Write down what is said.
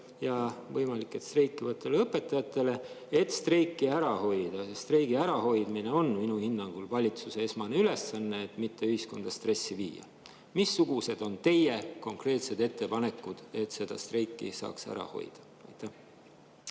ja võimalik, et [varsti] streikivatele õpetajatele, et streiki ära hoida. Streigi ärahoidmine on minu hinnangul valitsuse esmane ülesanne, et mitte ühiskonda stressi viia. Missugused on teie konkreetsed ettepanekud, et seda streiki saaks ära hoida? Aitäh,